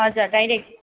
हजुर डाइरेक्ट